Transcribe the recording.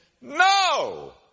no